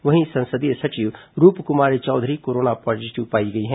वहीं संसदीय सचिव रूपकुमारी चौधरी कोरोना पॉजीटिव पाई गई है